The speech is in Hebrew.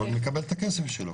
אבל הוא מקבל את הכסף שלו.